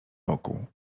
wokół